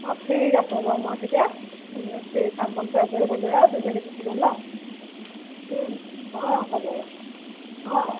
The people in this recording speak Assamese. অঁ ঠিক আছে বাৰু মই তেতিয়া গোটেই কাম বন কৰি আজৰি হৈ লৈ আৰু দুইজনী গুচি যাম ন অঁ হ'ব অঁ অঁ